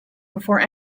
before